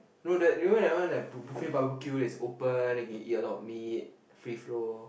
no that you know that one the buffet barbecue that is open then can eat a lot of meat free flow